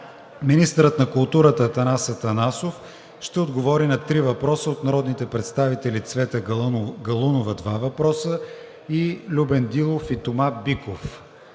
Министърът на културата Атанас Атанасов ще отговори на три въпроса от народните представители Цвета Галунова – два въпроса; и Любен Дилов и Тома Биков.